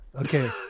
Okay